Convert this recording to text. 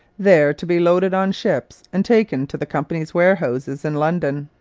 there to be loaded on ships and taken to the company's warehouses in london.